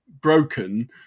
broken